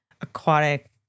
aquatic